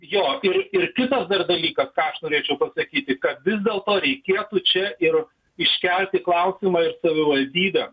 jo ir ir kitas dar dalykas ką aš norėčiau pasakyti kad vis dėlto reikėtų čia ir iškelti klausimą ir savivaldybėm